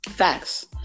facts